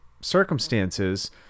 circumstances